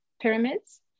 pyramids